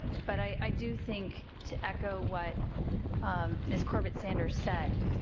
but i do think to echo what ms. corbett sanders said,